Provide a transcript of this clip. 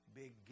big